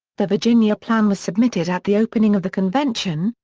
the virginia plan was submitted at the opening of the convention,